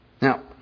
Now